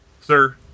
Sir